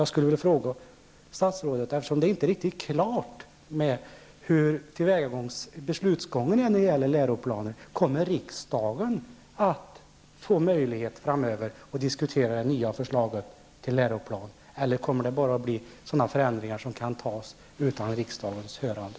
Jag skulle vilja fråga statsrådet, eftersom det inte är riktigt klart hur beslutsgången är när det gäller läroplanen: Kommer riksdagen att få möjlighet att framöver diskutera det nya förslaget till läroplan eller kommer det att bara bli sådana förändringar som kan antas utan riksdagens hörande?